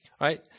right